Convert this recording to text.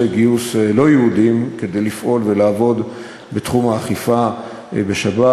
גיוס לא-יהודים כדי לפעול ולעבוד בתחום האכיפה בשבת.